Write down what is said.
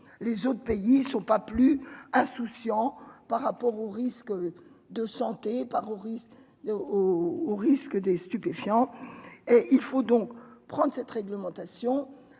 les autres pays sont pas plus insouciants par rapport aux risques de santé par au risque de au risque des stupéfiants et il faut donc prendre cette réglementation